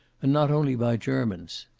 and not only by germans.